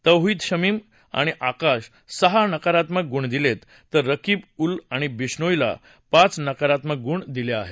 तौहीद शमीम आणि आकाशला सहा नकारात्मक गुण दिलेत तर रकीब उल आणि बिश्रोईला पाच नकारात्मक गुण दिले आहेत